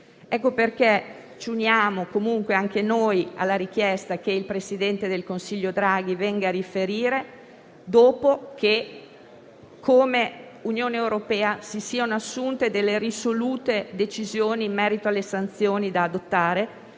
violenza. Ci uniamo pertanto anche noi alla richiesta che il presidente del Consiglio Draghi venga a riferire in Aula dopo che l'Unione europea abbia assunto delle risolute decisioni in merito alle sanzioni da adottare,